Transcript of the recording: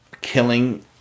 killing